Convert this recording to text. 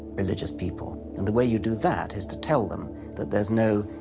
religious people. and the way you do that is to tell them that there's no